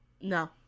No